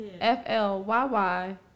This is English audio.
F-L-Y-Y